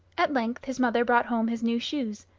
at length his mother brought home his new shoes,